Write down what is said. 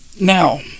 Now